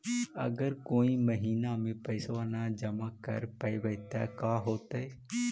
अगर कोई महिना मे पैसबा न जमा कर पईबै त का होतै?